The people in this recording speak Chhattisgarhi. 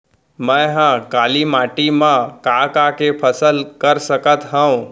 मै ह काली माटी मा का का के फसल कर सकत हव?